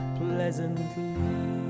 pleasantly